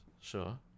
sure